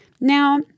Now